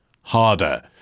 harder